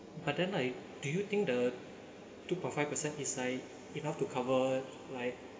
but then right do you think the two point five percent is like enough to cover like